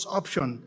option